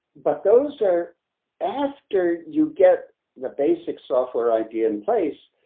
but those are after you get the basic software idea in place,